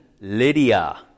Lydia